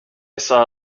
saw